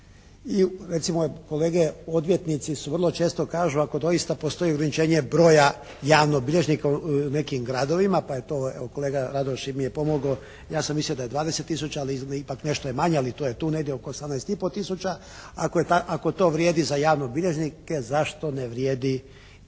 Recimo kolege odvjetnici vrlo često kažu ako doista postoji ograničenje broja javnih bilježnika u nekim gradovima, pa je to kolega Radoš mi je pomogao. Ja sam mislio da je 20000. Ali izgleda ipak je nešto manje, ali to je tu negdje oko 18 i pol tisuća. Ako to vrijedi za javne bilježnike zašto ne vrijedi